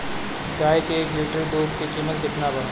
गाय के एक लिटर दूध के कीमत केतना बा?